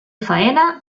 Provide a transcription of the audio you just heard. faena